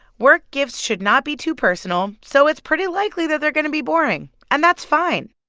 work gifts should not be too personal, so it's pretty likely that they're going to be boring. and that's fine.